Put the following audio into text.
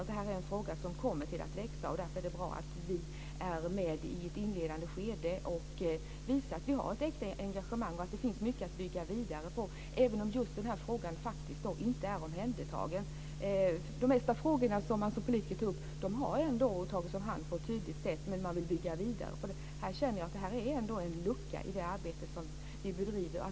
Detta är en fråga som kommer att växa, och därför är det bra att vi är med i ett inledande skede och visar att vi har ett äkta engagemang och att det finns mycket att bygga vidare på, även om just denna fråga faktiskt inte är omhändertagen. De flesta frågor som politiker tar upp har ändå tagits om hand på ett tydligt sätt. Men man vill bygga vidare på det. Här känner jag att det finns en lucka i det arbete som vi bedriver.